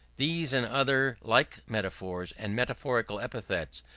these, and other like metaphors and metaphorical epithets,